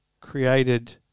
created